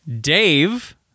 Dave